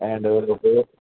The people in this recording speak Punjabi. ਐਂਡ ਉੱਥੇ